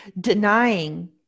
denying